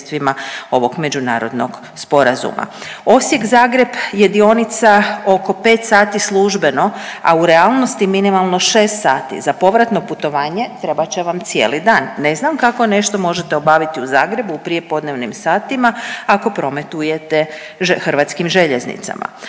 ovog međunarodnog sporazuma. Osijek-Zagreb je dionica oko 5 sati službeno, a u realnosti minimalno 6 sati za povratno putovanje trebat će vam cijeli dan. Ne znam kako nešto možete obaviti u Zagrebu u prijepodnevnim satima ako prometujete HŽ-om.